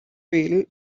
fail